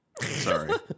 Sorry